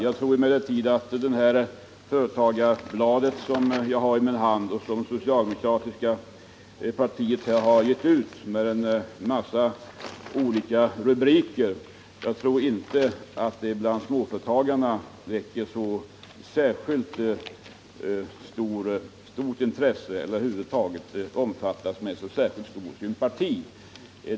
Jag tror emellertid inte att det företagarblad med en massa rubriker som jag har i min hand och som det socialdemokratiska partiet har gett ut till småföretagarna väcker så särskilt stort intresse eller att det över huvud taget omfattas med nämnvärd sympati.